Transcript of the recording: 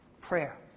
Prayer